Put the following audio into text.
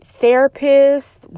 therapists